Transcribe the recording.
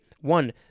One